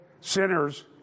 sinners